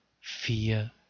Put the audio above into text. Fear